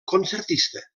concertista